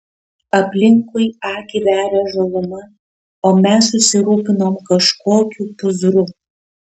aplinkui akį veria žaluma o mes susirūpinom kažkokiu pūzru